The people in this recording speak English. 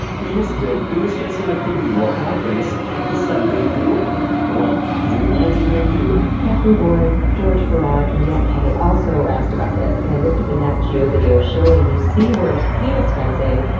the penis fencing activity, what happens is that they do what you imagine they do. kethry warren, george farrar, and annette k also asked about this and i looked up a natgeo video showing these seaworms penis fencing,